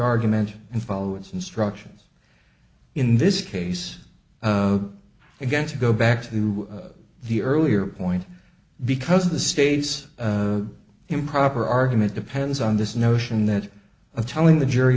argument and follow its instructions in this case against go back to the earlier point because the state's improper argument depends on this notion that of telling the jury